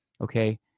okay